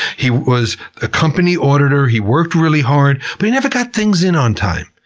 he was a company auditor. he worked really hard, but he never got things in on time.